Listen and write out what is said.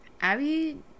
Abby